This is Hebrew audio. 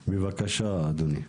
בבקשה, אדוני.